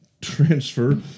transfer